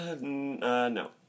No